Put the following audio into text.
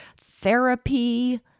therapy